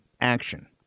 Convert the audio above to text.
action